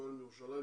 פועל בירושלים,